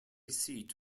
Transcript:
seat